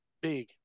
big